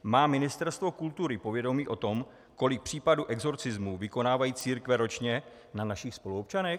Má Ministerstvo kultury povědomí o tom, kolik případů exorcismu vykonávají církve ročně na našich spoluobčanech?